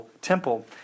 temple